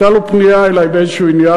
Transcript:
הייתה לו פנייה אלי באיזשהו עניין,